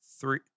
three